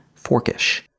Forkish